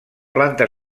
planta